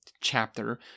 chapter